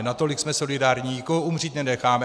Natolik jsme solidární, nikoho umřít nenecháme.